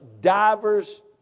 Divers